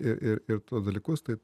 ir tuos dalykus taip